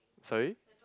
sorry